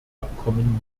abkommen